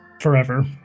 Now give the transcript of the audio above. forever